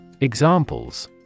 Examples